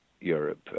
Europe